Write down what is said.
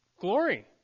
Glory